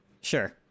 Sure